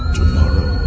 tomorrow